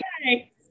okay